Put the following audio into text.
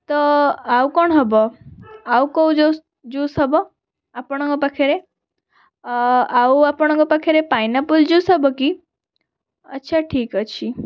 ତ ଆଉ କ'ଣ ହେବ ଆଉ କେଉଁ ଜୁସ୍ ଜୁସ୍ ହେବ ଆପଣଙ୍କ ପାଖରେ ଆଉ ଆପଣଙ୍କ ପାଖରେ ପାଇନାପଲ୍ ଜୁସ୍ ହେବ କି ଆଚ୍ଛା ଠିକ୍ ଅଛି